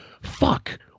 fuck